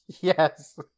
Yes